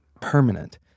permanent